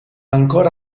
ancora